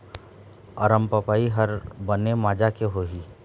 अरमपपई हर बने माजा के होही?